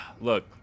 look